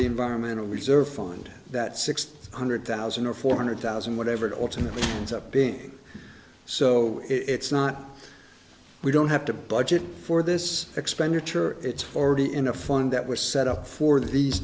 the environmental reserve fund that six hundred thousand or four hundred thousand whatever to ultimately ends up being so it's not we don't have to budget for this expenditure it's already in a fund that was set up for these